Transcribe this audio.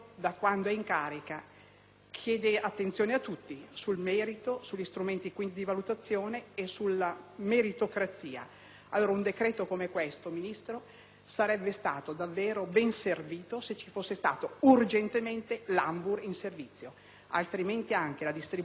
chiede attenzione a tutti sul merito, sugli strumenti di valutazione e sulla meritocrazia. Un decreto come questo, signor Ministro, allora sarebbe stato davvero ben servito se fosse stato urgentemente attivato l'ANVUR in servizio, altrimenti anche la distribuzione dei finanziamenti,